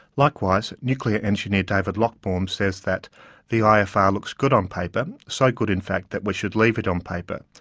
likewise, nuclear engineer david lochbaum says that the ifr looks good on paper. so good, in fact, that we should leave it on paper.